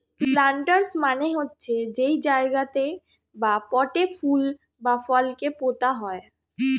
planters মানে হচ্ছে যেই জায়গাতে বা পটে ফুল বা ফল কে পোতা হয়